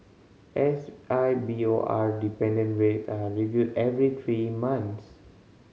S I B O R dependent rates are reviewed every three months